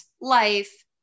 life